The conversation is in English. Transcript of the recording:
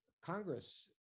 Congress